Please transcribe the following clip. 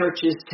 churches